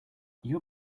your